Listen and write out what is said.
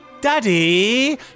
Daddy